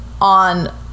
on